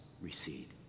recede